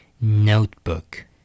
notebook